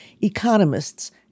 economists